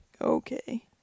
okay